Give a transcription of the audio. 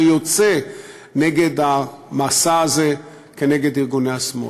שיוצא נגד המסע הזה נגד ארגוני השמאל.